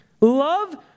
Love